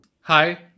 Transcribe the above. Hi